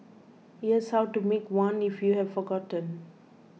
here's how to make one if you have forgotten